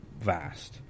vast